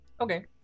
Okay